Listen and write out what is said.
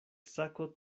sako